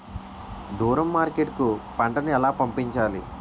దూరం మార్కెట్ కు పంట ను ఎలా పంపించాలి?